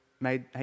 made